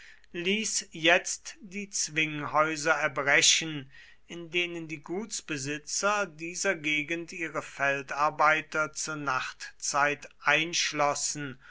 ließ jetzt die zwinghäuser erbrechen in denen die gutsbesitzer dieser gegend ihre feldarbeiter zur nachtzeit einschlossen